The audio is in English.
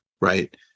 right